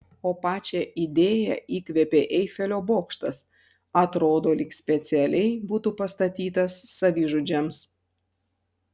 o pačią idėją įkvėpė eifelio bokštas atrodo lyg specialiai būtų pastatytas savižudžiams